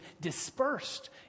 dispersed